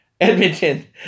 Edmonton